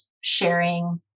sharing